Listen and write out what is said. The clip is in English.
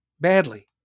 badly